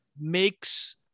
makes